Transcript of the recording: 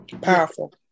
Powerful